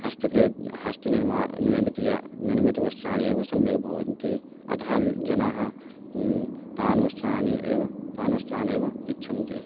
हस्तः क्रेतुं हस्त निर्माति निर्मितानि यानि निर्मितानि वस्त्राणि एव् सम्यग् भवन्ति अतः ल् जनाः तानि वस्त्राणि एव तानि वस्त्राणि एव इच्छन्ति